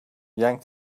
yanked